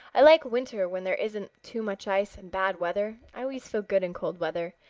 i like winter when there isn't too much ice and bad weather. i always feel good in cold weather.